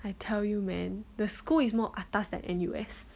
I tell you man the school is more atas than N_U_S